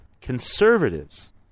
conservatives